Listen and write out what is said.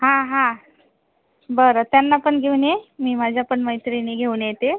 हा हा बरं त्यांना पण घेऊन ये मी माझ्या पण मैत्रिणी घेऊन येते